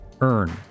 earn